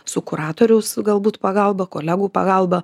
su kuratoriaus galbūt pagalba kolegų pagalba